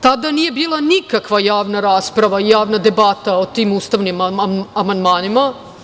Tada nije bila nikakva javna rasprava i javna debata o tim ustavnim amandmanima.